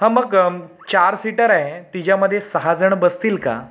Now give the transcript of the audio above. हां मग चार सीटर आहे तिच्यामध्ये सहा जणं बसतील का